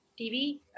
TV